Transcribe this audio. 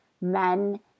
men